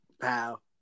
Pal